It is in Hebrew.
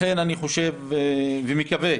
לכן אני חושב ומקווה